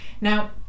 now